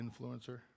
influencer